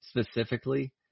specifically